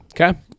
Okay